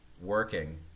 working